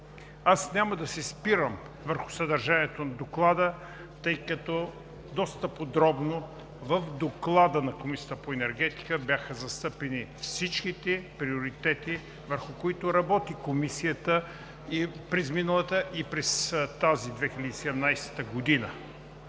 Аз няма да се спирам върху съдържанието на Доклада, тъй като доста подробно в доклада на Комисията по енергетика бяха застъпени всичките приоритети, върху които работи Комисията през миналата и през тази 2017 г.